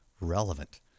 relevant